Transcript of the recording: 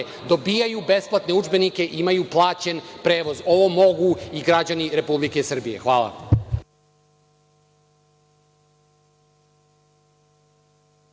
dobijaju besplatne udžbenike i imaju plaćen prevoz. Ovo mogu i građani Republike Srbije. Hvala.